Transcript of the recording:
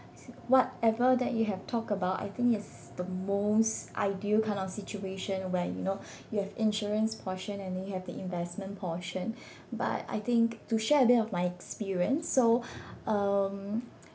whatever that you have talked about I think it's the most ideal kind of situation where you know you have insurance portion and you have the investment portion but I think to share a bit of my experience so um